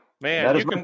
Man